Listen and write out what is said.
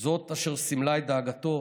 זאת אשר סימלה את דאגתו